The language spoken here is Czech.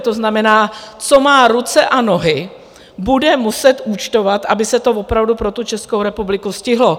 To znamená, co má ruce a nohy, bude muset účtovat, aby se to opravdu pro tu Českou republiku stihlo.